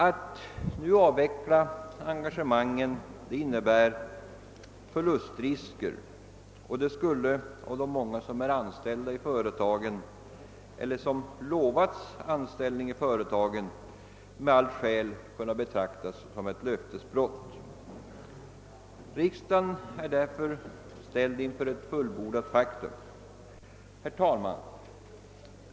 Att nu avveckla engagemangen innebär förlustrisker och det skulle av de många anställda i företagen eller av dem som lovats anställning i företagen med allt skäl kunna betraktas som ett löftesbrott. Riksdagen är därför ställd inför ett fullbordat faktum. Herr talman!